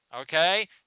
okay